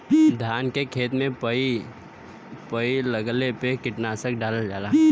धान के खेत में पई लगले पे कीटनाशक डालल जाला